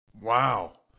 Wow